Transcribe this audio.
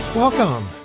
Welcome